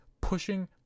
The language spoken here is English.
pushing